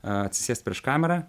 atsisėst prieš kamerą